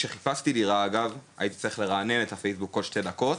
כשחיפשתי דירה הייתי צריך לרענן את הפייסבוק בכל שתי דקות,